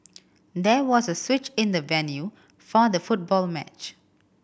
there was a switch in the venue for the football match